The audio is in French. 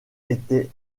était